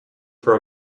for